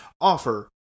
offer